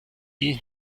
die